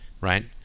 right